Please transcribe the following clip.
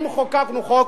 אם חוקקנו חוק,